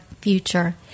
future